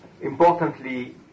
Importantly